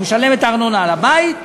הוא משלם את הארנונה על הבית,